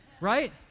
Right